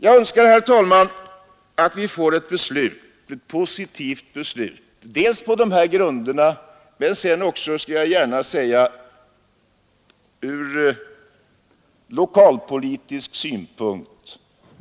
Jag önskar, herr talman, att vi får ett positivt beslut, dels på dessa grunder, dels också — det skall jag gärna säga — ur lokalpolitisk synpunkt.